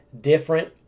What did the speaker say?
different